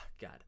God